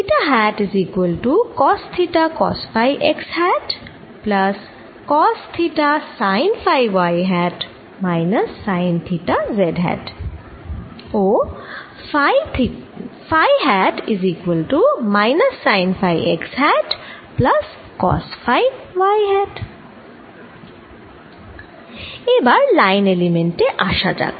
এবার line element এ আসা যাক